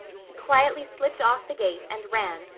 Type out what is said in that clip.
he quietly slipped off the gate and ran,